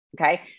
Okay